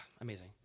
amazing